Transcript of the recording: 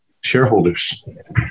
shareholders